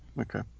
okay